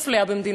בחקיקה ראשית,